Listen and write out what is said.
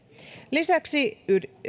lisäksi